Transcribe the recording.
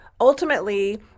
ultimately